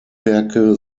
werke